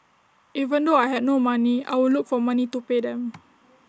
even though I had no money I would look for money to pay them